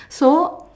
so